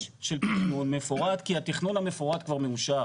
של תכנון מפורט כי התכנון המפורט כבר מאושר.